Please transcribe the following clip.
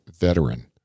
veteran